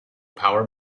power